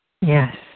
Yes